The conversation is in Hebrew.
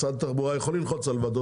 משרד התחבורה יכול ללחוץ על ועדות